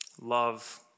love